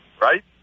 Right